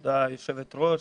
תודה היושבת ראש.